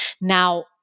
Now